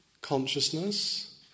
consciousness